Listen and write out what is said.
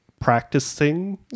practicing